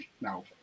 no